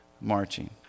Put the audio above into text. marching